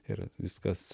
ir viskas